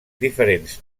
diferents